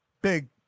Big